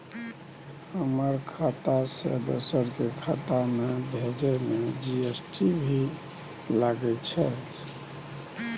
हमर खाता से दोसर के खाता में भेजै में जी.एस.टी भी लगैछे?